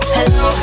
Hello